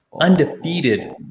undefeated